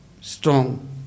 strong